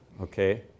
Okay